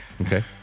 Okay